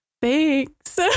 thanks